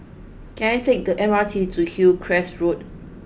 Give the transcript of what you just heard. can I take the M R T to Hillcrest Road